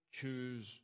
choose